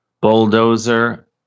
Bulldozer